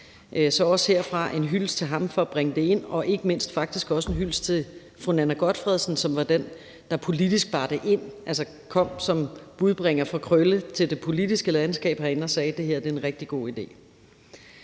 skal der lyde en hyldest til ham for at bringe det ind og ikke mindst faktisk også en hyldest til fru Nanna W. Gotfredsen, som var den, der politisk bar det ind, altså kom som budbringer for Krølle til det politiske landskab herinde og sagde, at det her var en rigtig god idé.